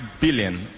billion